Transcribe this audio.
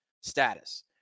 status